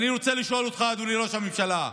אני רוצה לשאול אותך, אדוני ראש הממשלה: